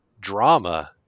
drama